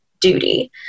duty